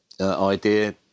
idea